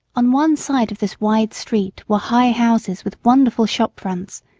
on one side of this wide street were high houses with wonderful shop fronts,